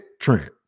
Trent